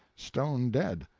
stone dead.